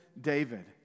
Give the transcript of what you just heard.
David